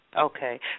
Okay